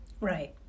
Right